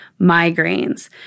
migraines